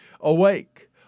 Awake